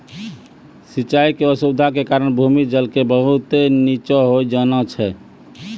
सिचाई के असुविधा के कारण भूमि जल के बहुत नीचॅ होय जाना छै